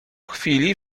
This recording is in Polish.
chwili